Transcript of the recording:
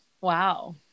Wow